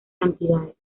cantidades